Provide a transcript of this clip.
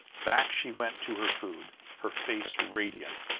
back she went to her food, her face radiant,